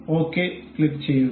okay ക്ലിക്കുചെയ്യുക